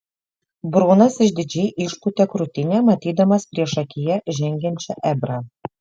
brunas išdidžiai išpūtė krūtinę matydamas priešakyje žengiančią ebrą